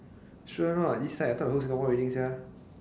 sure or not east side I thought whole Singapore raining sia